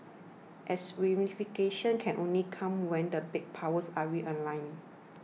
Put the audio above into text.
as reunification can only come when the big powers are realigned